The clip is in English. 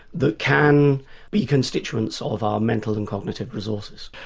that can be constituents of our mental and cognitive resources.